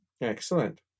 Excellent